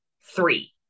Three